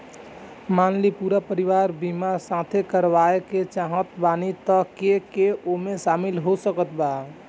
मान ली पूरा परिवार के बीमाँ साथे करवाए के चाहत बानी त के के ओमे शामिल हो सकत बा?